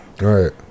Right